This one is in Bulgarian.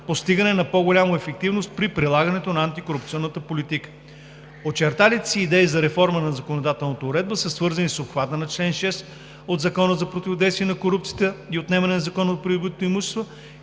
постигане на по-голяма ефективност при прилагането на антикорупционната политика. Очерталите се идеи за реформа в законодателната уредба са свързани с обхвата на чл. 6 от Закона за противодействие на корупцията и за отнемане на незаконно придобитото имущество